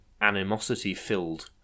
animosity-filled